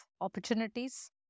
opportunities